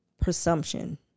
presumption